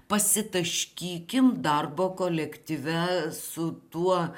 pasitaškykim darbo kolektyve su tuo